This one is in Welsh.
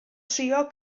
trio